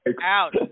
out